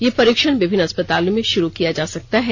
यह परीक्षण विभिन्न अस्पतालों में शुरू किया जा सकता है